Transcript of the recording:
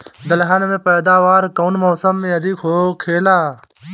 दलहन के पैदावार कउन मौसम में अधिक होखेला?